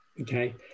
Okay